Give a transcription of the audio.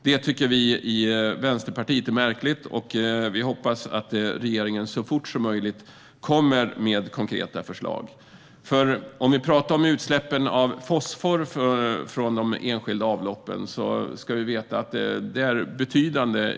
Det tycker vi i Vänsterpartiet är märkligt, och vi hoppas att regeringen så fort som möjligt kommer med konkreta förslag. Utsläppen av fosfor från de enskilda avloppen är betydande.